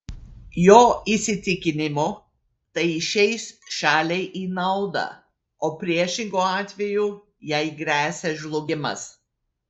jo įsitikinimu tai išeis šaliai į naudą o priešingu atveju jai gresia žlugimas